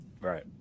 Right